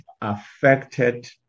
affected